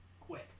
Quick